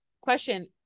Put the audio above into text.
question